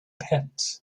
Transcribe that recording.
pit